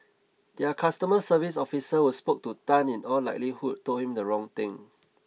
their customer service officer who spoke to Tan in all likelihood told him the wrong thing